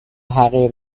حقیر